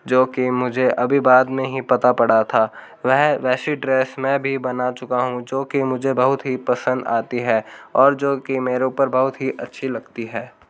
जो कि मुझे अभी बाद में ही पता पड़ा था वह वैसी ड्रेस में भी बना चुका हूँ जो कि मुझे बहुत ही पसंद आती है और जो कि मेरे ऊपर बहुत ही अच्छी लगती है